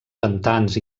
pantans